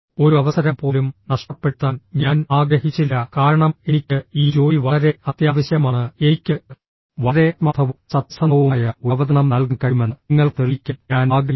ഒരു അവസരം പോലും നഷ്ടപ്പെടുത്താൻ ഞാൻ ആഗ്രഹിച്ചില്ല കാരണം എനിക്ക് ഈ ജോലി വളരെ അത്യാവശ്യമാണ് എനിക്ക് വളരെ ആത്മാർത്ഥവും സത്യസന്ധവുമായ ഒരു അവതരണം നൽകാൻ കഴിയുമെന്ന് നിങ്ങൾക്ക് തെളിയിക്കാൻ ഞാൻ ആഗ്രഹിക്കുന്നു